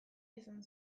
izan